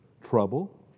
trouble